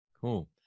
Cool